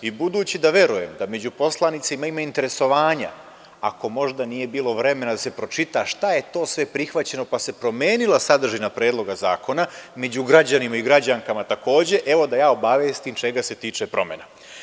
Budući da verujem da među poslanicima ima interesovanja, ako možda nije bilo vremena da se pročita šta je to sve prihvaćeno pa se promenila sadržina Predloga zakona, među građanima i građankama takođe, evo da ja obavestim čega se tiče promena.